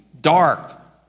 dark